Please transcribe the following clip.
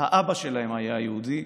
האבא שלהם היה יהודי,